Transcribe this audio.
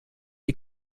die